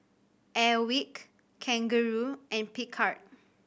Airwick Kangaroo and Picard